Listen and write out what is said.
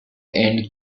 and